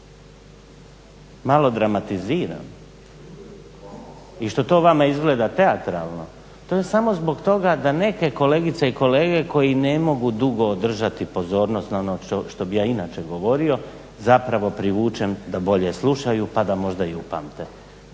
malo dramatiziram i što to vama izgleda teatralno to je samo zbog toga da neke kolegice i kolege koji ne mogu dugo održati pozornost na ono što bi ja inače govorio zapravo privučem da bolje slušaju pa da možda i upamte.